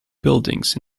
buildings